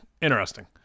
Interesting